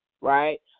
right